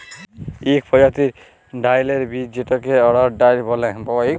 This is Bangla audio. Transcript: ইক পরজাতির ডাইলের বীজ যেটাকে অড়হর ডাল ব্যলে